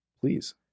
please